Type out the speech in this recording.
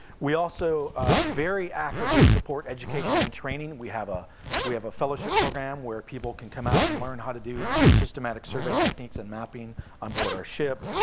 we also very actively support education and training. we have ah we have a fellowship program where people can come out and learn how to do systematic survey techniques and mapping onboard our ship.